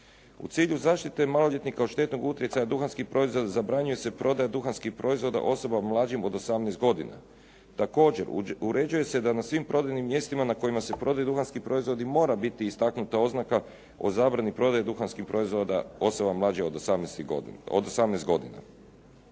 U cilju zaštite maloljetnika od štetnog utjecaja duhanskih proizvoda zabranjuje se prodaja duhanskih proizvoda osobama mlađim od 18 godina. Također uređuje se da na svim prodajnim mjestima na kojima se prodaju duhanski proizvodi mora biti istaknuta oznaka o zabrani prodaje duhanskih proizvoda osobama mlađim od 18 godina.